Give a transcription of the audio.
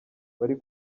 bari